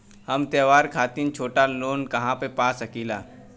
हम त्योहार खातिर छोटा लोन कहा पा सकिला?